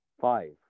five